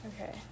Okay